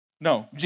No